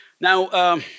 now